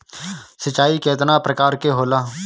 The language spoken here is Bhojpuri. सिंचाई केतना प्रकार के होला?